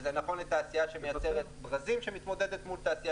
וזה נכון לתעשייה שמייצרת ברזים שמתמודדת מול תעשייה